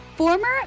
Former